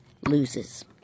loses